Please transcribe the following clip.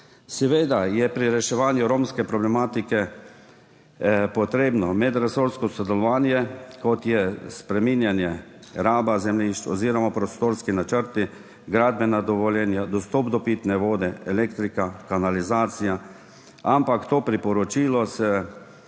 Seveda je pri reševanju romske problematike potrebno medresorsko sodelovanje, kot je spreminjanje raba zemljišč oziroma prostorski načrti, gradbena dovoljenja, dostop do pitne vode, elektrika, kanalizacija, ampak to priporočilo